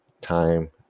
time